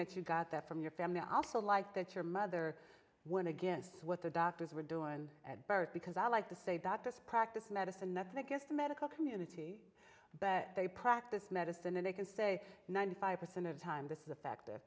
that you got that from your family also like that your mother went against what the doctors were doing at birth because i like to say that this practice medicine nothing against the medical community but they practice medicine and they can say ninety five percent of the time with the fact that